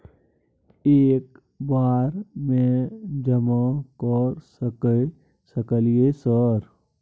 एक बार में जमा कर सके सकलियै सर?